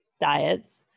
diets